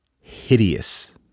hideous